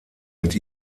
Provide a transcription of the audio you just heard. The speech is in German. mit